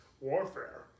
warfare